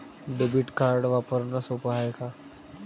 Debit card वापरणं सोप हाय का?